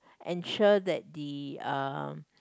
ensure that the uh